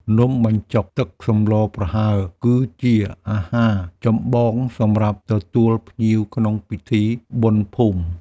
នំបញ្ចុកទឹកសម្លប្រហើរ គឺជាអាហារចម្បងសម្រាប់ទទួលភ្ញៀវក្នុងពិធីបុណ្យភូមិ។